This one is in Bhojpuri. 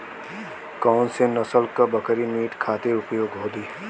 कौन से नसल क बकरी मीट खातिर उपयोग होली?